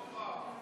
הופה,